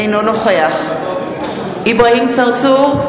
אינו נוכח אברהים צרצור,